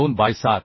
2 by 7